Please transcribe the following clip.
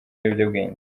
ibiyobyabwenge